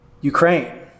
Ukraine